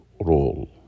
role